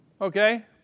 Okay